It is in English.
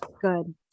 good